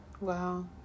wow